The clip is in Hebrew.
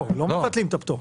לא מבטלים את הפטור.